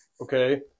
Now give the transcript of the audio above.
okay